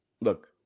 look